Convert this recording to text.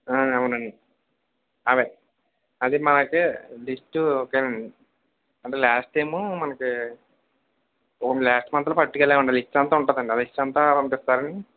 అవునండి అవే అది మనకి లిస్ట్ ఓకే అండి అంటే లాస్ట్ టైమ్ మనకి లాస్ట్ మంత్లో పట్టుకు వెళ్ళాం అండి లిస్ట్ అంతా ఉంటుంది అండి ఆ లిస్ట్ అంతా పంపిస్తారని